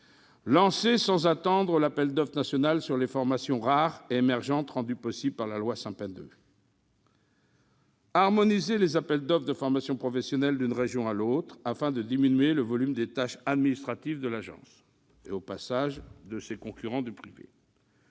lancer sans attendre l'appel d'offres national sur les formations rares et émergentes rendu possible par la loi Sapin II, harmoniser les appels d'offres de formation professionnelle d'une région à l'autre afin de diminuer le volume de tâches administratives de l'Agence et de ses concurrents du